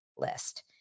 List